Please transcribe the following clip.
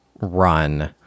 run